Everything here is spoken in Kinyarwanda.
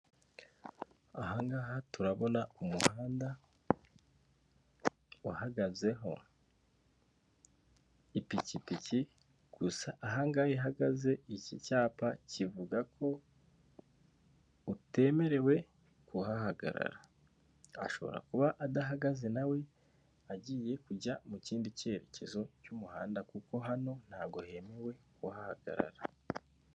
Aha ngaha turabona umuhanda uhagazeho ipikipiki, gusa aha ngaha ihagaze iki cyapa kivuga ko utemerewe kuhahagarara. Ashobora kuba adahagaze na we agiye kujya mu kindi cyerekezo cy'umuhanda kuko hano ntabwo hemewe kuhahagarara.